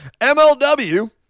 MLW